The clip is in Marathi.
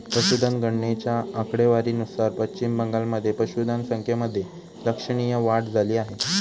पशुधन गणनेच्या आकडेवारीनुसार पश्चिम बंगालमध्ये पशुधन संख्येमध्ये लक्षणीय वाढ झाली आहे